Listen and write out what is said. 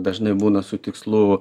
dažnai būna su tikslu